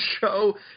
show